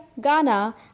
ghana